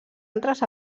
altres